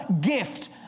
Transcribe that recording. gift